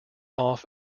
off